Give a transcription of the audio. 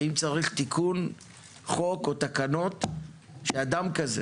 ואם צריך תיקון חוק או תקנות, שאדם כזה,